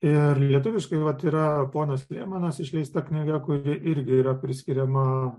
ir lietuviškai vat yra ponas lemanas išleista knyga kuri irgi yra priskiriama